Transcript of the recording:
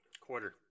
Quarter